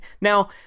Now